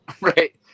right